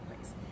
place